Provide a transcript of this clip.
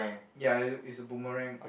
ya it it's a boomerang